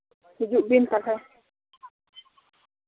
ᱦᱤᱡᱩᱜ ᱵᱤᱱ ᱛᱟᱦᱚᱞᱮ